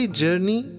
journey